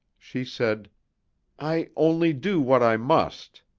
she said i only do what i must.